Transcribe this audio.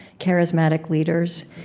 charismatic leaders,